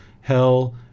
hell